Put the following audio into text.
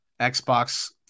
Xbox